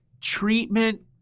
treatment